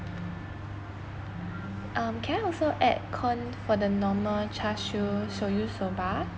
um can I also add corn for the normal char siew shoyu soba